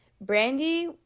Brandy